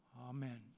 Amen